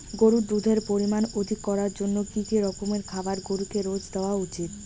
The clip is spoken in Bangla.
গরুর দুধের পরিমান অধিক করার জন্য কি কি রকমের খাবার গরুকে রোজ দেওয়া উচিৎ?